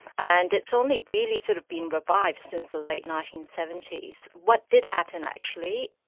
and it's only really sort of been revived since the late nineteen seventy s. what did happen, actually,